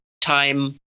time